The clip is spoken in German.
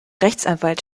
rechtsanwalt